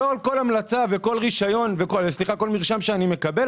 לא כל מרשם שאני מקבל,